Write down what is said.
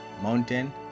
mountain